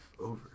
over